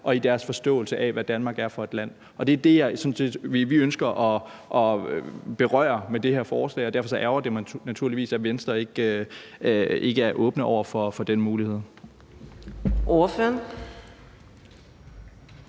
og i deres forståelse af, hvad Danmark er for et land. Og det er det, vi ønsker at berøre med det her forslag, og derfor ærgrer det mig naturligvis, at Venstre ikke er åbne over for den mulighed. Kl.